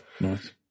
Nice